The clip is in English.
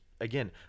Again